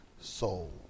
soul